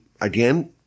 again